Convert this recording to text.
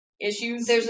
issues